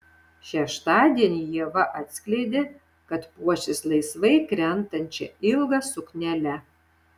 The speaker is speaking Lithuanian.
šeštadienį ieva atskleidė kad puošis laisvai krentančia ilga suknele